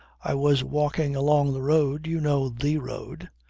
i was walking along the road you know, the road.